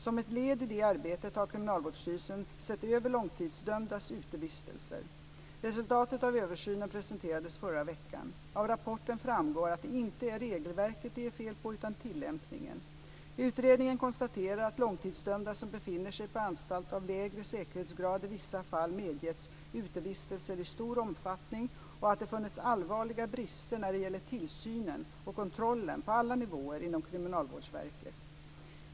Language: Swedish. Som ett led i det arbetet har Kriminalvårdsstyrelsen sett över långtidsdömdas utevistelser. Resultatet av översynen presenterades förra veckan. Av rapporten framgår att det inte är regelverket det är fel på utan tillämpningen. Utredningen konstaterar att långtidsdömda som befinner sig på anstalt av lägre säkerhetsgrad i vissa fall medgetts utevistelser i stor omfattning och att det funnits allvarliga brister när det gäller tillsynen och kontrollen på alla nivåer inom kriminalvårdsverket.